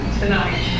tonight